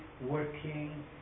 working